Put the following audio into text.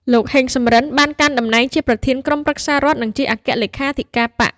លោក ហេង សំរិន បានកាន់តំណែងជាប្រធានក្រុមប្រឹក្សារដ្ឋ និងជាអគ្គលេខាធិការបក្ស។